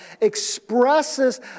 expresses